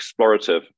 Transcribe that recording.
explorative